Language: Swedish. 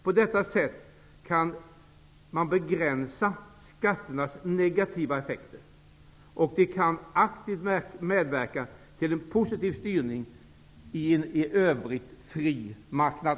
På detta sätt kan man begränsa skatternas negativa effekter och aktivt medverka till en positiv styrning i en i övrigt fri marknad.